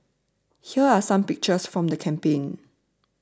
here are some pictures from the campaign